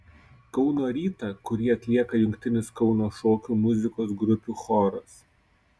kauno rytą kurį atlieka jungtinis kauno šokių muzikos grupių choras